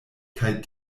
kaj